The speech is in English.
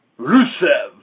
Rusev